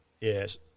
yes